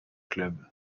club